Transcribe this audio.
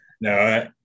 No